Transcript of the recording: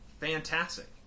fantastic